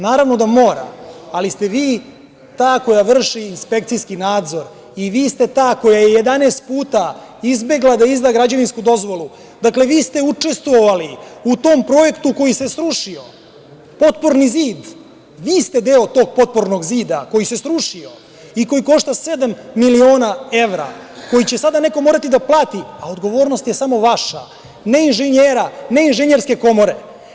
Naravno da mora, ali ste vi ta koja vrši inspekcijski nadzor i vi ste ta koja je 11 puta izbegla da izda građevinsku dozvolu, vi ste učestvovali u tom projektu koji se srušio, potporni zid, vi ste deo tog potpornog zida koji se srušio i koji košta sedam miliona evra, koji će sada neko morati da plati, a odgovornost je samo vaša, ne Inženjerske komore.